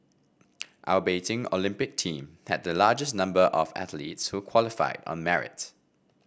our Beijing Olympic team had the largest number of athletes who qualified on merits